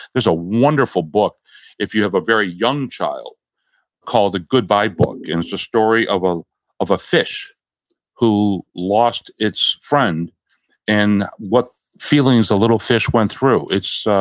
there's a wonderful book if you have a very young child called the goodbye book and it's a story of a of a fish who lost its friend and what feelings the little fish went through. it's